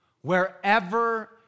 wherever